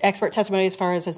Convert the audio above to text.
expert testimony as far as